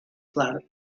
float